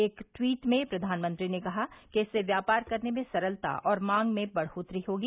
एक ट्वीट में प्रधानमंत्री ने कहा कि इससे व्यापार करने में सरलता और मांग में बढ़ोत्तरी होगी